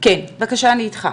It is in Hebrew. בבקשה, אני איתך.